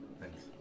Thanks